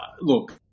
look